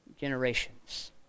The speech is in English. Generations